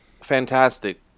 fantastic